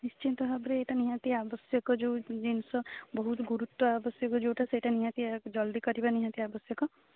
ନିଶ୍ଚିନ୍ତ ଭାବରେ ଏଇଟା ନିହାତି ଆବଶ୍ୟକ ଯୋଉ ଜିନିଷ ବହୁତ ଗୁରୁତ୍ୱ ଆବଶ୍ୟକ ଯୋଉଟା ସେଇଟା ନିହାତି ଜଲ୍ଦି କରିବା ନିହାତି ଆବଶ୍ୟକ